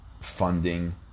funding